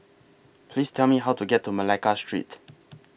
Please Tell Me How to get to Malacca Street